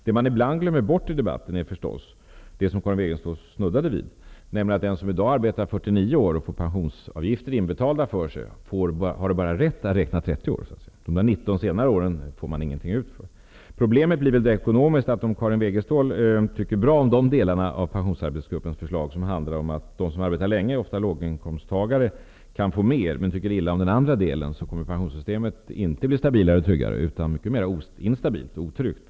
Det man ibland glömmer bort i debatten är förstås det som Karin Wegestål snuddade vid, nämligen att den som i dag arbetar 49 år, och får pensionsavgifter inbetalda för sig, bara har rätt att räkna 30 år. De 19 senare åren får man ingenting för. Problemet blir ekonomiskt. Om Karin Wegestål tycker bra om de delarna av pensionsarbetsgruppens förslag som handlar om att de som arbetar länge, ofta låginkomsttagare, kan få mer, men tycker illa om den andra delen, kommer pensionssystemet inte att bli stabilare och tryggare, utan mycket mera instabilt och otryggt.